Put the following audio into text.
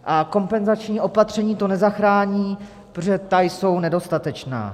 A kompenzační opatření to nezachrání, protože ta jsou nedostatečná.